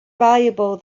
valuable